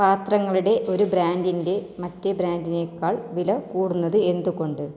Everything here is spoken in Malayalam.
പാത്രങ്ങളുടെ ഒരു ബ്രാൻഡിൻ്റെ മറ്റേ ബ്രാൻഡിനേക്കാൾ വിലകൂടുന്നത് എന്തുകൊണ്ട്